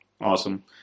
Awesome